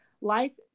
life